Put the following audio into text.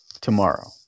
tomorrow